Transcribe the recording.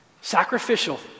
sacrificial